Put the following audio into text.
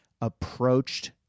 approached